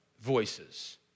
voices